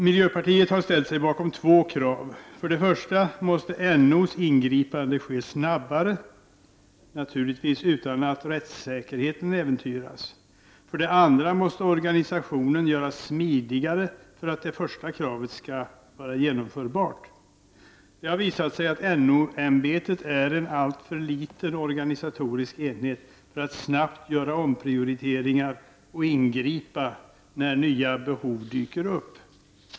Miljöpartiet har ställt sig bakom två krav. För det första måste NO:s ingripanden ske snabbare, men naturligtvis utan att rättssäkerheten äventyras. För det andra måste organisationen göras smidigare för att det första kravet skall vara genomförbart. Det har visat sig att NO-ämbetet är en alltför liten organisatorisk enhet för att snabbt göra omprioriteringar och ingripanden när nya behov dyker upp.